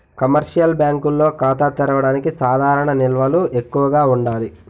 commercial బ్యాంకుల్లో ఖాతా తెరవడానికి సాధారణ నిల్వలు ఎక్కువగా ఉండాలి